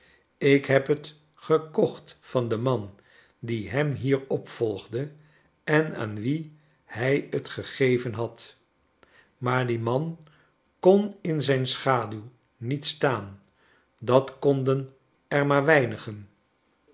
ik heb het gekocht van den man die hem hier opvolgde en aan wien hij het gegeven had maar die man kon in zijn schaduw niet staan dat konden er maar weinigen